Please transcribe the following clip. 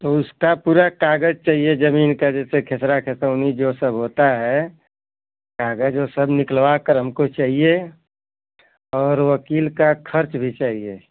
तो उसका पूरा कागज चाहिए जमीन का जैसे खेसरा खेतौनी जो सब होता है और कागज वो सब निकलवा कर हमको चाहिए और वकील का खर्च भी चाहिए